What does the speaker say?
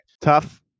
Tough